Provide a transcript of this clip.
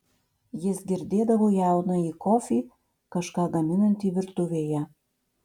jis girdėdavo jaunąjį kofį kažką gaminantį virtuvėje